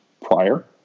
prior